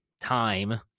time